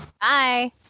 Bye